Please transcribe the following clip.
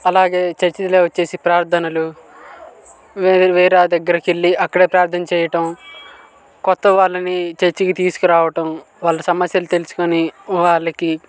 అలాగే చర్చీలో వచ్చేసి ప్రార్ధనలు వేరే వేరే దగ్గరకి వెళ్ళి అక్కడ ప్రార్ధన చేయటం కొత్తవాళ్ళని చర్చికి తీసుకురావటం వాళ్ళ సమస్యలు తెసులుకోని వాళ్ళకి